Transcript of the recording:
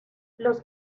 los